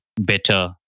better